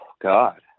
God